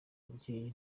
ababyeyi